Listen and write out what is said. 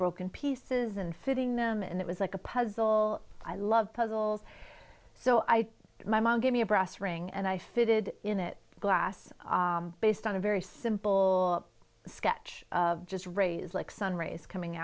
broken pieces and fitting them and it was like a puzzle i love puzzles so i my mom gave me a brass ring and i fitted in it glass based on a very simple sketch of just raise like sun rays coming